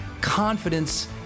confidence